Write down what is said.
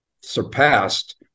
surpassed